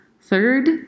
Third